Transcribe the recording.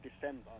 December